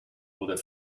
oder